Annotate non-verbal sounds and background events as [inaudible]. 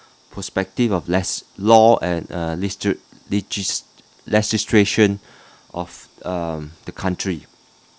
perspective of less law and uh legis~ legis~ legislation [breath] of um the country